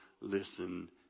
listen